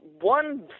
one